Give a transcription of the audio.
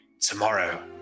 tomorrow